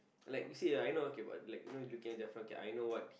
like you see ah I know okay but looking at the okay I know what